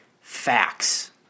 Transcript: facts